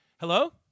Hello